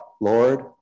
Lord